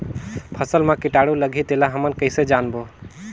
फसल मा कीटाणु लगही तेला हमन कइसे जानबो?